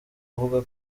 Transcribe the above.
uvuga